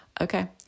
okay